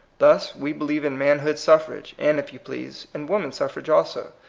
thus, we believe in manhood suffrage, and, if you please, in woman suffrage also,